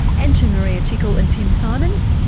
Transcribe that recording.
and to maria tickle and tim symonds,